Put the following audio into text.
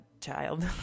child